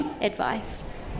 advice